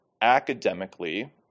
academically